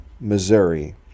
Missouri